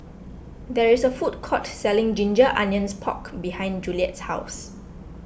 there is a food court selling Ginger Onions Pork behind Juliet's house